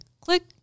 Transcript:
click